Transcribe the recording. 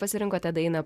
pasirinkote dainą